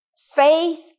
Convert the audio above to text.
faith